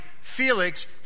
Felix